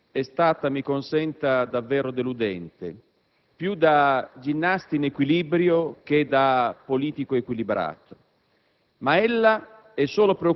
la sua relazione è stata - mi consenta - davvero deludente, più da ginnasta in equilibrio che da politico equilibrato,